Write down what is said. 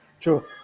true